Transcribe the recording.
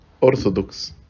Orthodox